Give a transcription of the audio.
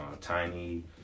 Tiny